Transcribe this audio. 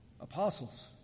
apostles